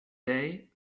day